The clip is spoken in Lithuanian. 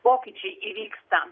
pokyčiai įvyksta